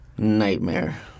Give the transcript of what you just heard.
Nightmare